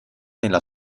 nella